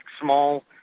small